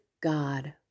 God